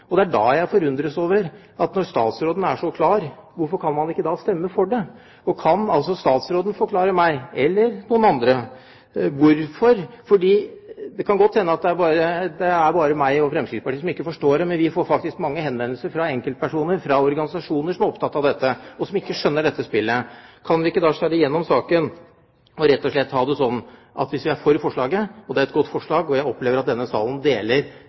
statsråden. Det er da jeg forundres over: Når statsråden er så klar, hvorfor kan man ikke da stemme for det? Kan statsråden, eller noen andre, forklare meg hvorfor? Det kan godt hende at det bare er jeg og Fremskrittspartiet som ikke forstår det, men vi får faktisk mange henvendelser fra enkeltpersoner og fra organisasjoner som er opptatt av dette, og som ikke skjønner dette spillet. Kan man ikke da skjære igjennom og rett og slett ha det slik at hvis man er for forslaget – det er et godt forslag, og jeg opplever at denne salen deler